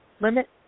limit